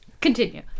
Continue